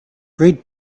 great